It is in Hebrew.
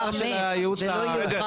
זאת הייתה הצעה של הייעוץ המשפטי,